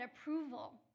approval